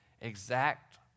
exact